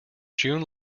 june